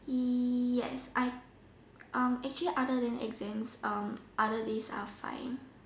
yes I um actually other than exams um other days are fine